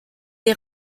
est